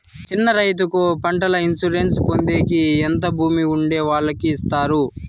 చిన్న రైతుకు పంటల ఇన్సూరెన్సు పొందేకి ఎంత భూమి ఉండే వాళ్ళకి ఇస్తారు?